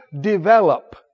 develop